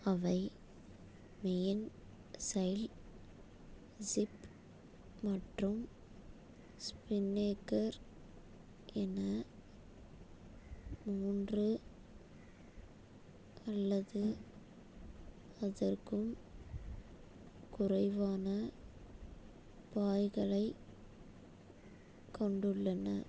அவை main sail jib மற்றும் spinnaker என மூன்று அல்லது அதற்கும் குறைவான பாய்களைக் கொண்டுள்ளன